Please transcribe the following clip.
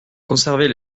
conserver